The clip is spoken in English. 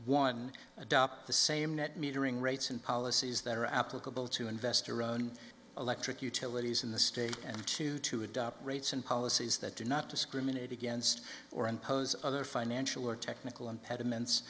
one adopt the same net metering rates and policies that are applicable to invest your own electric utilities in the state and two to adopt rates and policies that do not discriminate against or impose other financial or technical impediments